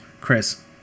Chris